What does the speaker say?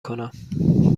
کنم